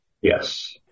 yes